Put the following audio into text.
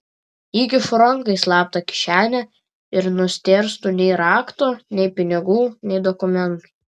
įkišu ranką į slaptą kišenę ir nustėrstu nei rakto nei pinigų nei dokumentų